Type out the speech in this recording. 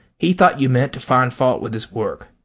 he thought you meant to find fault with his work.